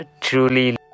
truly